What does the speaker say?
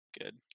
Good